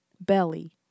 Belly